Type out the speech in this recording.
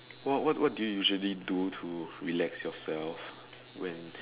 what what do you usually do to relax yourself when